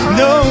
no